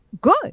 good